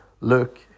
Look